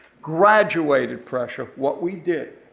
graduated pressure, what we did,